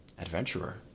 Adventurer